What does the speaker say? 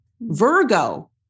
Virgo